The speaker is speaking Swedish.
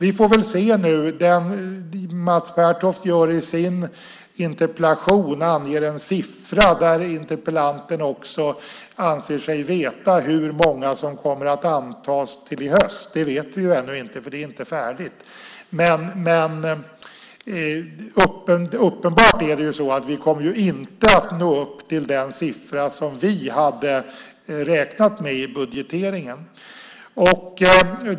I sin interpellation anger Mats Pertoft en siffra, och interpellanten anser sig veta hur många som kommer att antas till i höst. Det vet vi ännu inte, för det är inte färdigt. Uppenbart är att vi inte kommer att nå upp till den siffra som vi hade räknat med i budgeteringen.